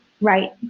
right